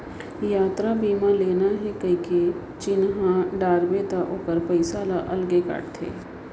यातरा बीमा लेना हे कइके चिन्हा डारबे त ओकर पइसा ल अलगे काटथे